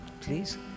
please